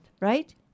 right